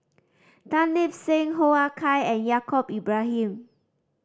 Tan Lip Seng Hoo Ah Kay and Yaacob Ibrahim